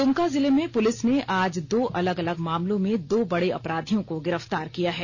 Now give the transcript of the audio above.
द्रमका जिले में पुलिस ने आज दो अलग अलग मामलों में दो बड़े अपराधियों को गिरफ्तार किया है